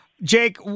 Jake